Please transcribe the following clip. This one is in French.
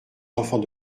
enfants